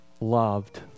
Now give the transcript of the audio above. loved